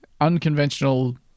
unconventional